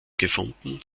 gefunden